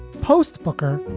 post booker,